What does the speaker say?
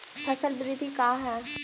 फसल वृद्धि का है?